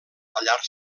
tallar